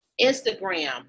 Instagram